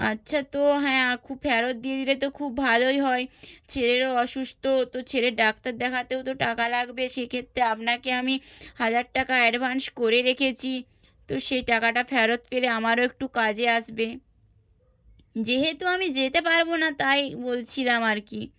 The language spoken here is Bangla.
আচ্ছা তো হ্যাঁ খুব ফেরত দিয়ে দিলে তো খুব ভালোই হয় ছেলেরও অসুস্থ তো ছেলের ডাক্তার দেখাতেও তো টাকা লাগবে সেক্ষত্রে আপনাকে আমি হাজার টাকা অ্যাডভান্স করে রেখেছি তো সেই টাকাটা ফেরত পেলে আমারও একটু কাজে আসবে যেহেতু আমি যেতে পারব না তাই বলছিলাম আর কি